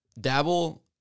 dabble